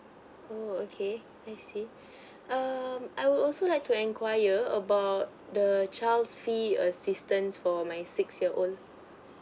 oo okay I see um I would also like to enquire about the child's fee assistance for my six year old